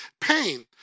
pain